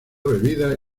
bebida